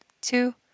two